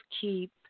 keep